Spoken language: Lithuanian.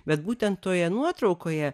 bet būtent toje nuotraukoje